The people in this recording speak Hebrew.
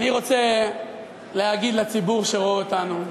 אני רוצה להגיד לציבור שרואה אותנו,